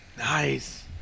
Nice